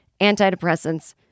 antidepressants